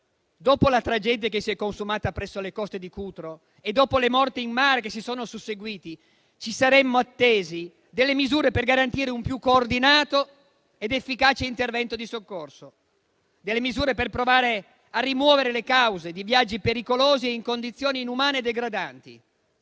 dopo la tragedia che si è consumata presso le coste di Cutro e dopo le morti in mare che si sono susseguite, ci saremmo attesi delle misure per garantire un più coordinato ed efficace intervento di soccorso e per provare a rimuovere le cause di viaggi pericolosi e in condizioni inumane e degradanti;